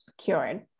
cured